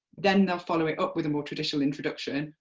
then they'll follow it up with a more traditional introduction,